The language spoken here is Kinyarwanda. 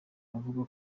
avuga